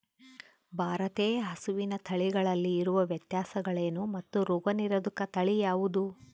ಭಾರತೇಯ ಹಸುವಿನ ತಳಿಗಳಲ್ಲಿ ಇರುವ ವ್ಯತ್ಯಾಸಗಳೇನು ಮತ್ತು ರೋಗನಿರೋಧಕ ತಳಿ ಯಾವುದು?